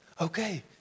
Okay